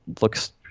Looks